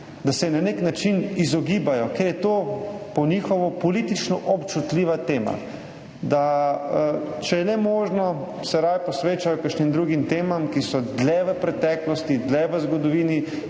da se je na nek način izogibajo, ker je to po njihovo politično občutljiva tema, da se, če je le možno, raje posvečajo kakšnim drugim temam, ki so dlje v preteklosti, dlje v zgodovini.